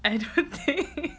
and